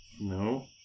No